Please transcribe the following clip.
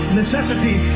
necessity